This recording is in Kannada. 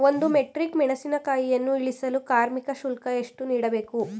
ಒಂದು ಮೆಟ್ರಿಕ್ ಮೆಣಸಿನಕಾಯಿಯನ್ನು ಇಳಿಸಲು ಕಾರ್ಮಿಕ ಶುಲ್ಕ ಎಷ್ಟು ನೀಡಬೇಕು?